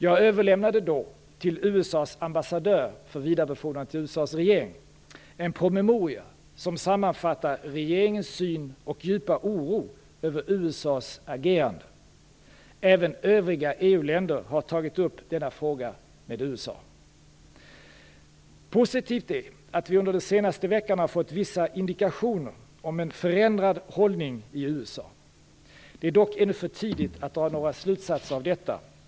Jag överlämnade då till USA:s ambassadör för vidare befordran till USA:s regering en promemoria som sammanfattar regeringens syn på och djupa oro över USA:s agerande. Även övriga EU-länder har tagit upp denna fråga med USA. Positivt är att vi under de senaste veckorna har fått vissa indikationer om en förändrad hållning i USA. Det är dock ännu för tidigt att dra några slutsatser av detta.